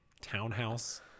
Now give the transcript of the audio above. townhouse